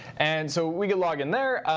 and so we can log in there.